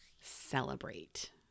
celebrate